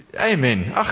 Amen